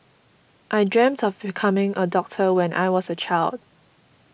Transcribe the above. I dreamt of becoming a doctor when I was a child